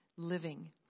living